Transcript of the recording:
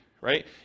right